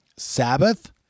Sabbath